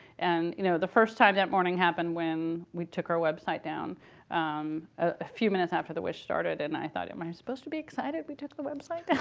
and you know the first time that morning happened when we took our website down a few minutes after the wish started. and i thought, am i supposed to be excited we took the website down?